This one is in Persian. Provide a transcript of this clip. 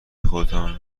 خودتان